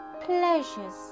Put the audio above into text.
pleasures